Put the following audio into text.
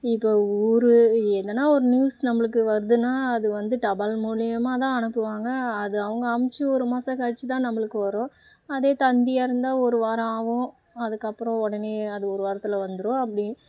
இப்போ ஊர் எதுனா ஒரு நியூஸ் நம்மளுக்கு வருதுனா அது வந்து தபால் மூலிமா தான் அனுப்புவாங்க அதை அவங்க அம்ச்சு ஒரு மாதம் கழித்து தான் நம்மளுக்கு வரும் அதே தந்தியாக இருந்தால் ஒரு வாரம் ஆகும் அதுக்கப்புறம் உடனே அது ஒரு வாரத்தில் வந்துடும் அப்படி